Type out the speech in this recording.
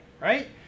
right